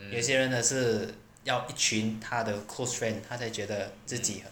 有些人的是要一群他的 close friend 他才觉得自己